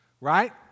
right